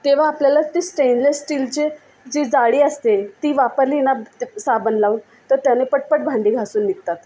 तेव्हा आपल्याला ते स्टैनलेस स्टीलची जी जाळी असते ती वापरली ना साबण लावून तर त्यांनी पटपट भांडी घासून निघतात